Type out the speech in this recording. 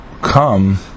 come